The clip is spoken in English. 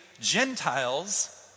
Gentiles